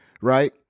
right